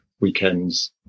weekends